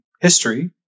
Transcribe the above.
history